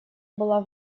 была